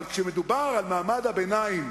אבל כשמדובר על מעמד הביניים